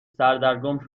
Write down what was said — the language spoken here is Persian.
سردرگم